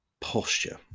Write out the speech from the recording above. posture